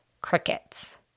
Crickets